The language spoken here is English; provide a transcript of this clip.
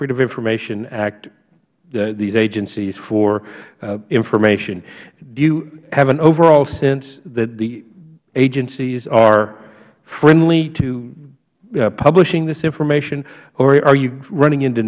freedom of information act these agencies for information do you have an overall sense that the agencies are friendly to publishing this information or are you running into